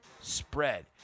spread